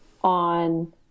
on